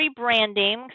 rebranding